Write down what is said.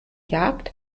jagd